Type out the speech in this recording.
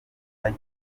kazi